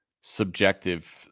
subjective